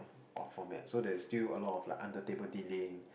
of format so there's still a lot of like under table dealing